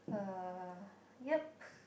uh yup